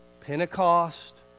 Pentecost